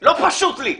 לא פשוט לי.